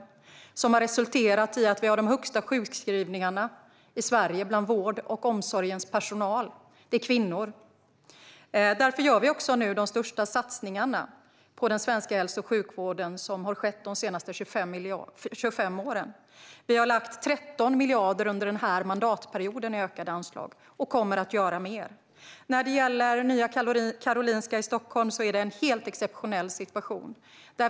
Denna politik har resulterat i att vi har de högsta sjukskrivningstalen i Sverige bland vårdens och omsorgens personal, och det är kvinnor. Därför gör vi nu de största satsningar på hälso och sjukvården som har skett de senaste 25 åren. Vi har lagt 13 miljarder under mandatperioden i ökade anslag, och vi kommer att göra mer. När det gäller Nya Karolinska i Stockholm är det en helt exceptionell situation.